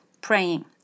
praying